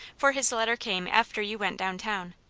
for his letter came after you went down town.